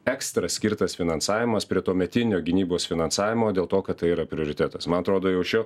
ekstra skirtas finansavimas prie tuometinio gynybos finansavimo dėl to kad tai yra prioritetas man atrodo jau šio